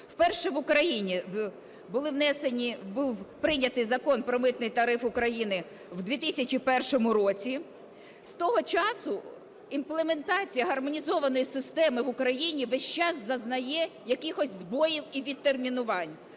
були внесені, був прийнятий Закон "Про Митний тариф України" в 2001 році. З того часу імплементація Гармонізованої системи в Україні весь час зазнає якихось збоїв і відтермінувань.